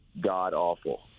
god-awful